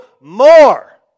more